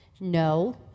no